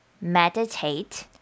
meditate